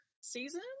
season